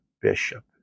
bishop